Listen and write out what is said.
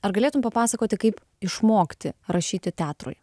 ar galėtum papasakoti kaip išmokti rašyti teatrui